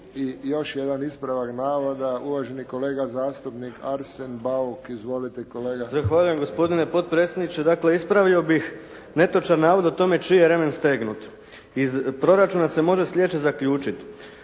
još jedan ispravak navoda, uvaženi kolega zastupnik Arsen Bauk. Izvolite kolega. **Bauk, Arsen (SDP)** Zahvaljujem gospodine potpredsjedniče. Dakle, ispravio bih netočan navod o tome čiji je remen stegnut. Iz proračuna se može sljedeće zaključiti.